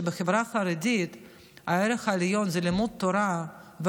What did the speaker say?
שבחברה חרדית הערך העליון הוא לימוד תורה,